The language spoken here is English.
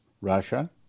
Russia